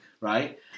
right